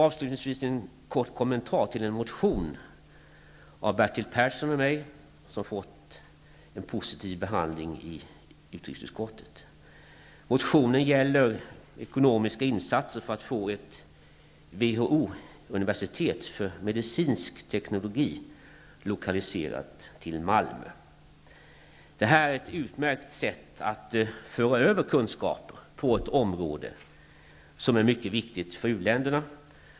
Avslutningsvis en kort kommentar till en motion av Bertil Persson och mig, vilken fått en positiv behandling i utrikesutskottet. Motionen gäller ekonomiska insatser för att upprätta ett WHO Malmö. Det rör sig här om ett utmärkt sätt att föra över kunskaper på ett område som är mycket viktigt för u-länderna.